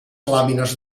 làmines